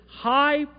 high